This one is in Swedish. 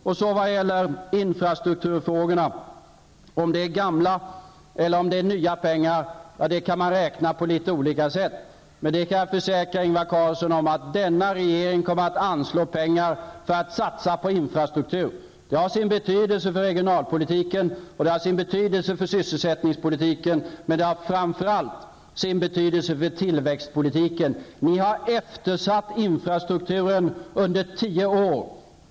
Beträffande infrastrukturfrågorna -- om det är gamla eller nya pengar -- vill jag säga att man kan räkna på litet olika sätt. Men jag kan försäkra Ingvar Carlsson att denna regering kommer att anslå pengar för att satsa på infrastruktur. Det har sin betydelse för regionalpolitiken och för sysselsättningspolitiken. Men det har framför allt sin betydelse för tillväxtpolitiken. Ni har eftersatt infrastrukturen under tio år.